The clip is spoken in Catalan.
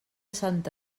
santa